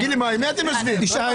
עם מי אתם יושבים?